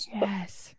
Yes